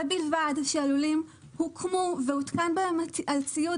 ובלבד שהלולים הוקמו והותקן בהם הציוד